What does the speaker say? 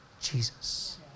Jesus